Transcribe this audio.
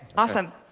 awesome.